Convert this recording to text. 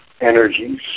energies